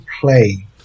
play